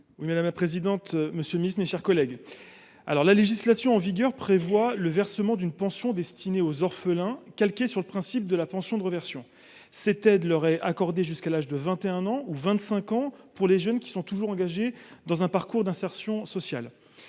ainsi libellé : La parole est à M. Xavier Iacovelli. La législation en vigueur prévoit le versement d’une pension destinée aux orphelins calquée sur le principe de la pension de réversion. Cette aide leur est accordée jusqu’à l’âge de 21 ans, ou de 25 ans pour les jeunes qui sont toujours engagés dans un parcours d’insertion.